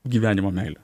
gyvenimo meilę